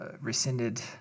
rescinded